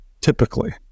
typically